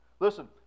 Listen